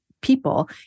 people